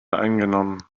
eingenommen